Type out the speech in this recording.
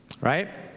right